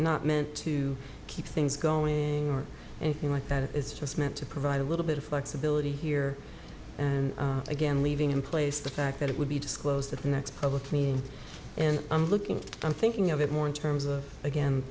not meant to keep things going or anything like that it is just meant to provide a little bit of flexibility here and again leaving in place the fact that it would be disclosed at the next public meeting and i'm looking i'm thinking of it more in terms of again